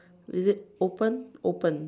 is it open open